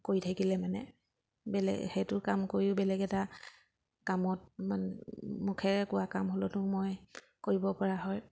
কৰি থাকিলে মানে বেলেগ সেইটো কাম কৰিও বেলেগ এটা কামত মানে মুখেৰে কোৱা কাম হ'লতো মই কৰিব পৰা হয়